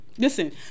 Listen